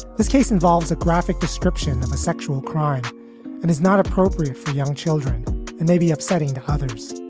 this case involves a graphic description of a sexual crime and it's not appropriate for young children and may be upsetting to others.